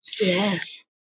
Yes